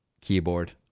keyboard